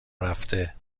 رفته